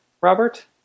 Robert